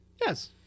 yes